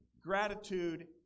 gratitude